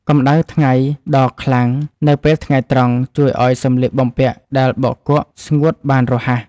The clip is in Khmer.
កម្តៅថ្ងៃដ៏ខ្លាំងនៅពេលថ្ងៃត្រង់ ជួយឱ្យសម្លៀកបំពាក់ដែលបោកគក់ស្ងួតបានរហ័ស។